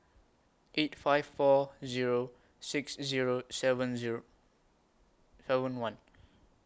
eight five four Zero six Zero seven Zero seven one